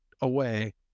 away